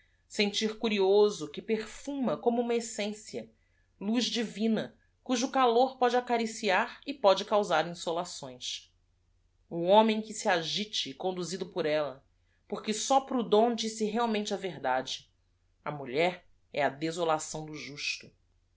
sentir curioso que perf u m a como uma essência luz d i v i n a cujo calor pode acariciar e pode causar insolações homem que se agite conduzido por ella porque só r o u d h o n disse real mente a verdade a mulher é a desolação do